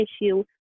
issue